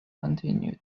continued